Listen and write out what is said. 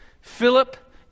Philip